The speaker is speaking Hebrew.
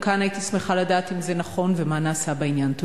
גם כאן הייתי שמחה לדעת אם זה נכון ומה נעשה בעניין.